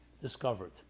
discovered